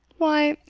why,